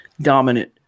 dominant